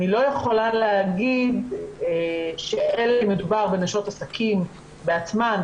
אני לא יכולה להגיד כי מדובר בנשות עסקים בעצמן,